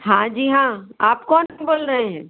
हाँ जी हाँ आप कौन बोल रहें हैं